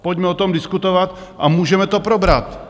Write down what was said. Pojďme o tom diskutovat a můžeme to probrat.